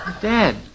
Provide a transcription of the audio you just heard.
Dad